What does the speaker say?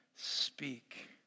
speak